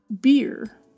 beer